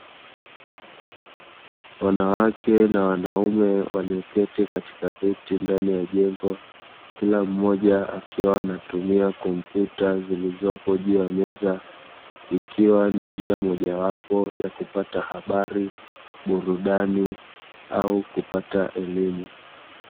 Wanawake na wanaume walioketi katika viti ndani ya jengo, kila mmoja akiwa anatumia kompyuta zilizopo juu ya meza, ikiwa ni njia mojawapo ya kupata habari burudani au kupata elimu.